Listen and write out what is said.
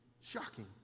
Shocking